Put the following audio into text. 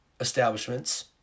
establishments